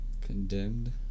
Condemned